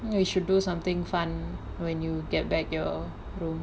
know you should do something fun when you get back your room